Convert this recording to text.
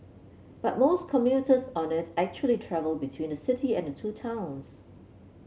but most commuters on it actually travel between the city and the two towns